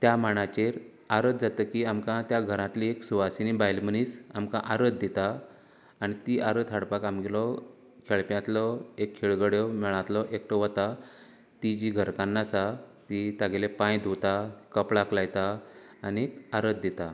त्या मांडाचेर आरत जातकीर आमकां त्या घरांतलीं एक सुहासिनी बायल मनीस आमकां आरत दिता आनी ती आरत हाडपाक आमगेलो खेळप्यांतलो एक खेळगडो मेळांतलो एकटो वता ती जी घरकान्न आसा ती तागेले पांय धूता कपलाक लायता आनी आरत दिता